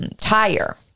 tire